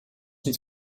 niet